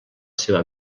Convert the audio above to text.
seva